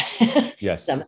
Yes